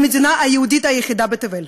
במדינה היהודית היחידה בתבל.